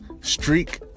streak